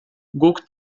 guk